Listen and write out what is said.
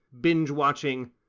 binge-watching